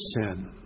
sin